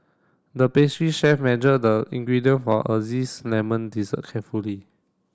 the pastry chef measure the ingredient for a lemon dessert carefully